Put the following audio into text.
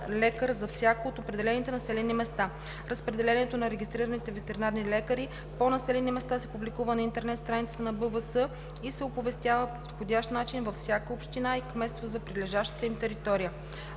лекар за всяко от определените населени места. Разпределението на регистрираните ветеринарни лекари по населени места се публикува на интернет страницата на БВС и се оповестява по подходящ начин във всяка община и кметство за прилежащата им територия.